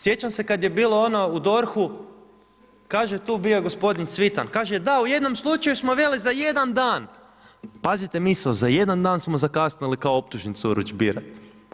Sjećam se kad je bilo ono u DORH-u, kaže bio je tu gospodin Cvitan, kaže da, u jednom slučaju smo veli za jedan dan pazite misao, za jedan dan smo zakasnili kao optužnicu urudžbirati.